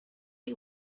chi